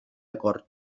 acord